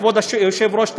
כבוד היושב-ראש,